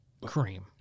Cream